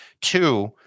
Two